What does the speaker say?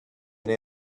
been